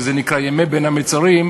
שזה נקרא ימי בין המצרים,